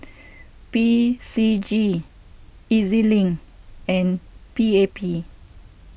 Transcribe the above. P C G E Z Link and P A P